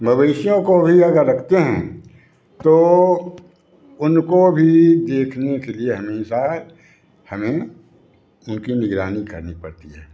मवेशियों को भी अगर रखते हैं तो उनको भी देखने के लिए हमेशा हमें उनकी निगरानी करनी पड़ती है